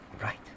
right